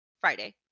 Friday